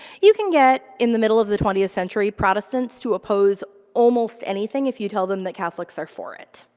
you can get in the middle of the twentieth century protestants to oppose almost anything if you tell them that catholics are for it.